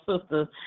sisters